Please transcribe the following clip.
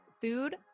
food